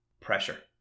Pressure